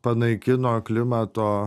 panaikino klimato